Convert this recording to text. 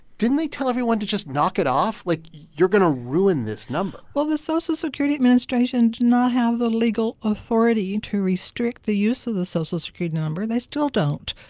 didn't they tell everyone to just knock it off. like, you're going to ruin this number well, the social security administration did not have the legal authority to restrict the use of the social security number. they still don't.